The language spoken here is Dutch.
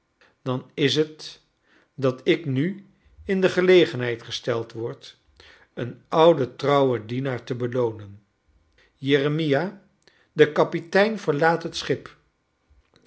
dan is het dat ik nu in de gelegenheid gesteld word een ouden trouwcn dienaar te beloonen jeremia de kapitein verlaat het schip